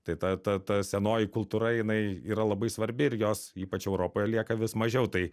tai ta ta ta senoji kultūra jinai yra labai svarbi ir jos ypač europoje lieka vis mažiau tai